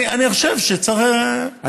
אני חושב שצריך,